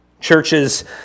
Churches